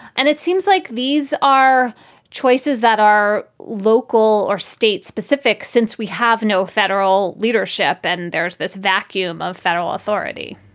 and it seems like these are choices that are local or state specific. since we have no federal leadership and there's this vacuum of federal authority.